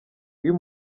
iyo